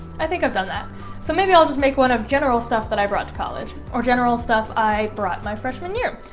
i think i've done that so maybe i'll just make one of general stuff that i brought to college or general stuff i brought my freshman year.